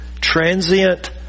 transient